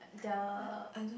their